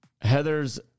Heather's